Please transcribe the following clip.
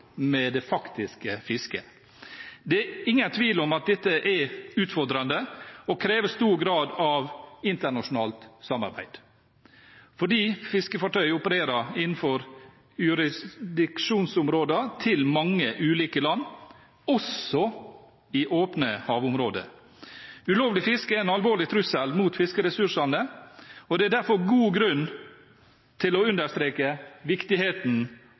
med det faktiske fisket. Det er ingen tvil om at dette er utfordrende og krever stor grad av internasjonalt samarbeid, fordi fiskefartøy opererer innenfor jurisdiksjonsområdene til mange ulike land – også i åpne havområder. Ulovlig fiske er en alvorlig trussel mot fiskeressursene, og det er derfor god grunn til å understreke viktigheten